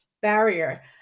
barrier